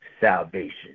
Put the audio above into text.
salvation